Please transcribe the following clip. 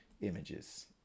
Images